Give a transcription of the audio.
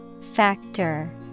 Factor